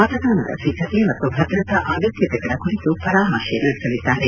ಮತದಾನದ ಸಿದ್ಧತೆ ಮತ್ತು ಭದ್ರತಾ ಅಗತ್ಯತೆಗಳ ಕುರಿತು ಪರಾಮರ್ಶೆ ನಡೆಸಲಿದ್ದಾರೆ